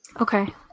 Okay